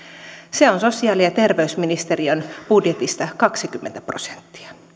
se on sosiaali ja terveysministeriön budjetista kaksikymmentä prosenttia